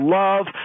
love